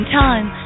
time